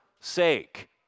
sake